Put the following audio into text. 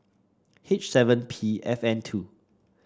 H seven P F N two